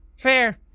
fair.